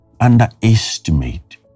underestimate